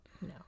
No